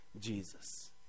jesus